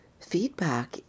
feedback